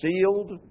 sealed